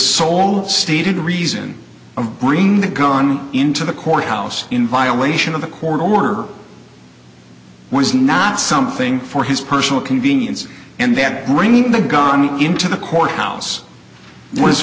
the stated reason of bringing the gun into the courthouse in violation of the court order was not something for his personal convenience and then bringing the gun into the courthouse was